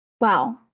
Wow